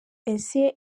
ese